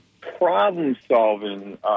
problem-solving